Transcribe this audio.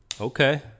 Okay